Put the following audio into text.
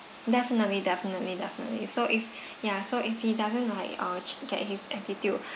definitely definitely definitely so if ya so if he doesn't like uh get his attitude